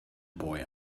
boy